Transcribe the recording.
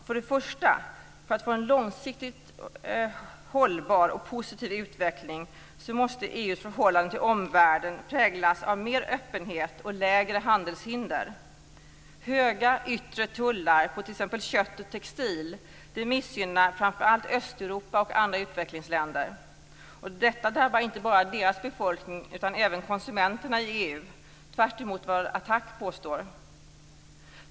För det första måste EU:s förhållande till omvärlden präglas av mer öppenhet och lägre handelshinder för att få en långsiktigt hållbar och positiv utveckling. Höga yttre tullar på t.ex. kött och textil missgynnar framför allt Östeuropa och andra utvecklingsländer. Det drabbar inte bara deras befolkning utan även konsumenterna i EU, tvärtemot vad AT TAC påstår.